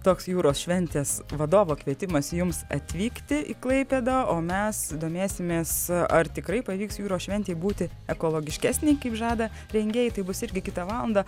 toks jūros šventės vadovo kvietimas jums atvykti į klaipėdą o mes domėsimės ar tikrai pavyks jūros šventei būti ekologiškesnei kaip žada rengėjai tai bus irgi kitą valandą